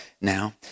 now